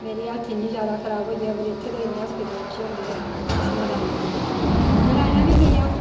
मेरी हैल्थ इन्नी जैदा खराब होई गेई अगर इत्थूं दे इन्ने हास्पटिल अच्छे होंदे हे असें नारायना की जाना नारायना बी गे आं